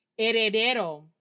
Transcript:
heredero